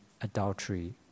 adultery